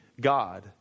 God